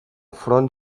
front